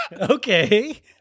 Okay